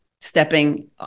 stepping